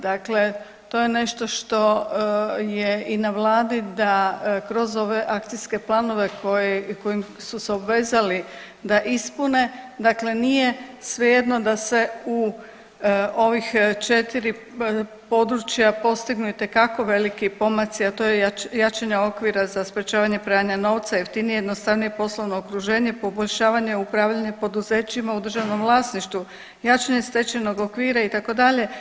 Dakle, to je nešto što je i na Vladi da kroz ove akcijske planove kojim su se obvezali da ispune dakle nije svejedno da se u ovih 4 područja postignu itekako veliki pomaci, a to je jačanje okvira za sprječavanje pranja novca, jeftinije i jednostavnije poslovno okruženje, poboljšavanje i upravljanje poduzećima u državnom vlasništvu, jačanje stečajnog okvira itd.